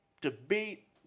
debate